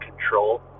control